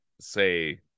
say